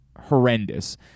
horrendous